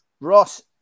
Ross